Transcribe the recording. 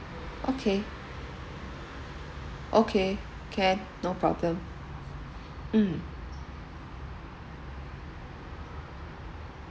okay okay can no problem mm